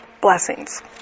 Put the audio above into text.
blessings